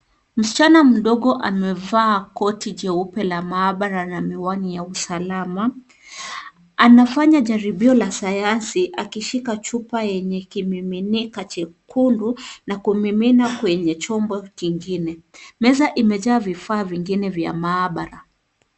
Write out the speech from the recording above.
Msichana mdogo amevaa koti jeupe la maabara na miwani ya usalama. Anafanya jaribio la sayansi akishika chupa yenye kimiminio nyekundu na kumimina kwenye chombo kingine. Meza imejaa vifaa vingine vya maabara.